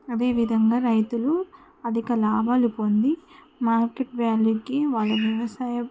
అదేవిధంగా రైతులు అధిక లాభాలు పొంది మార్కెట్ వ్యాల్యూకి వాళ్ళ వ్యవసాయ